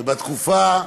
ובתקופה,